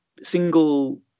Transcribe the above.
single